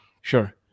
Sure